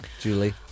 Julie